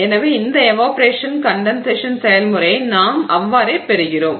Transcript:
எனவே இந்த evaporation condensation செயல்முறையை நாம் அவ்வாறே பெறுகிறோம்